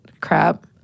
crap